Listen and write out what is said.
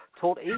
told